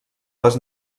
les